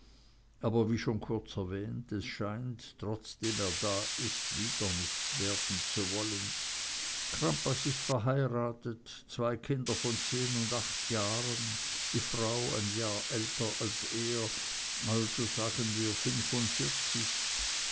aber wie schon kurz erwähnt es scheint trotzdem er da ist wieder nichts werden zu wollen crampas ist verheiratet zwei kinder von zehn und acht jahren die frau ein jahr älter als er also sagen wir fünfundvierzig